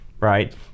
Right